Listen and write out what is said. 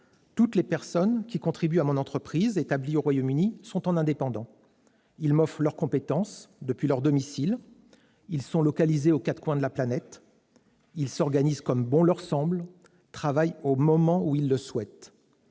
Toutes les personnes qui contribuent à mon entreprise établie au Royaume-Uni sont des travailleurs indépendants : elles m'offrent leurs compétences depuis leur domicile, elles sont localisées aux quatre coins de la planète, elles s'organisent comme bon leur semble, travaillent au moment où elles le souhaitent.